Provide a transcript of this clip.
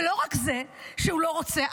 ולא רק זה שהוא לא רוצה,